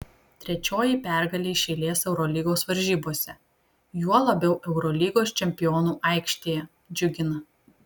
trečioji pergalė iš eilės eurolygos varžybose juo labiau eurolygos čempionų aikštėje džiugina